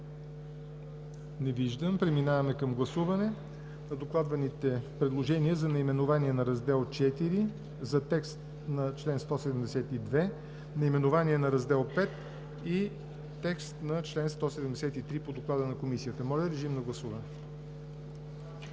Не виждам. Преминаваме към гласуване на докладваните предложения за наименование на Раздел IV, за текст на чл. 172, наименование на Раздел V и текст на чл. 173 по доклада на Комисията. Гласували